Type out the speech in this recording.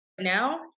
now